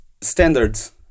standards